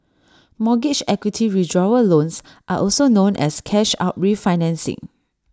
mortgage equity withdrawal loans are also known as cash out refinancing